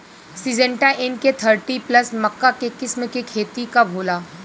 Syngenta NK thirty plus मक्का के किस्म के खेती कब होला?